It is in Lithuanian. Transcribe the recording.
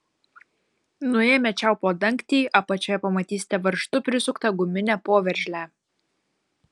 nuėmę čiaupo dangtį apačioje pamatysite varžtu prisuktą guminę poveržlę